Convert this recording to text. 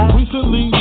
recently